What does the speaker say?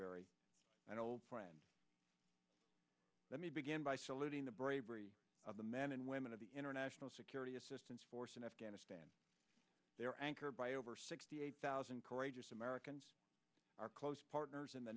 eikenberry and old friend let me begin by saluting the bravery of the men and women of the international security assistance force in afghanistan they are anchored by over sixty eight thousand courageous americans are close partners in the